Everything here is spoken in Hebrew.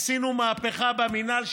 עשינו מהפכה במינהל.